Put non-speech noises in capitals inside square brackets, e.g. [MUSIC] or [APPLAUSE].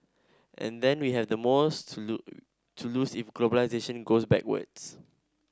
and then we have the most to [UNINTELLIGIBLE] to lose if globalisation goes backwards